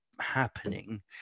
happening